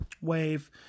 wave